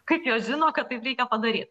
kaip jos žino kad taip reikia padaryt